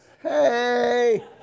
Hey